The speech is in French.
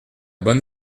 bonne